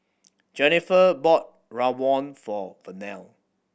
Jenniffer bought rawon for Vernell